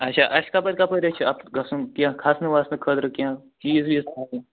اچھا اَسہِ کپٲرۍ کپٲرۍ حظ چھُ اَتھ گژھُن کیٚنٛہہ کھَسنہٕ وَسنہٕ خٲطرٕ کیٚنٛہہ چیٖز ویٖز اَنٕنۍ